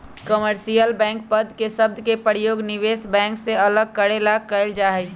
commercial bank पद के शब्द के प्रयोग निवेश बैंक से अलग करे ला कइल जा हई